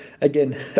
again